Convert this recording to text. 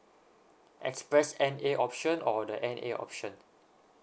express N_A option or the N_A option